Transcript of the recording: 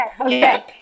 okay